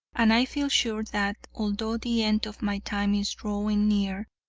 and i feel sure that, although the end of my time is drawing near,